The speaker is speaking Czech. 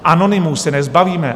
Anonymů se nezbavíme.